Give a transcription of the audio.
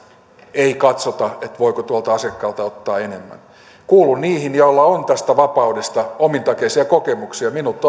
ei katsota voiko tuolta asiakkaalta ottaa enemmän kuulun niihin joilla on tästä vapaudesta omintakeisia kokemuksia minut